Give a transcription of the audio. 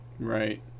Right